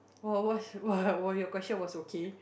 oh what's what your question was okay